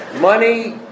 Money